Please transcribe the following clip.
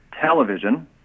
television